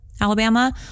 Alabama